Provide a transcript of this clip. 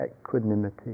equanimity